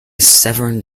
severn